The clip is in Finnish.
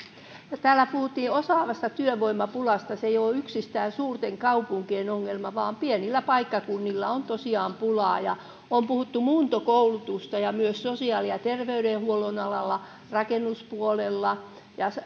täällä puhuttiin osaavan työvoiman pulasta se ei ole yksistään suurten kaupunkien ongelma vaan pienillä paikkakunnilla on tosiaan pulaa on puhuttu muuntokoulututuksesta myös sosiaali ja terveydenhuollon alalla rakennuspuolella ja